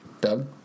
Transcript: Doug